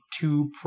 two